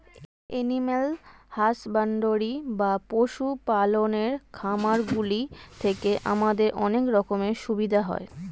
animal husbandry বা পশু পালনের খামারগুলি থেকে আমাদের অনেক রকমের সুবিধা হয়